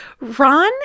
Ron